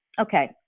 Okay